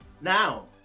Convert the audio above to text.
Now